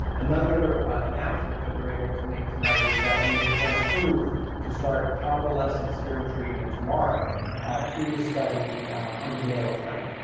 another announcement that we're able to make tonight is that we have been approved to start convalescent serum treatment tomorrow through the study under mayo clinic,